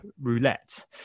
Roulette